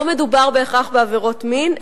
לא מדובר בהכרח בעבירות מין,